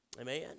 Amen